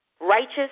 righteous